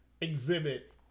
exhibit